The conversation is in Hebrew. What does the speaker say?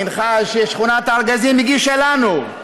במנחה ששכונת הארגזים הגישה לנו,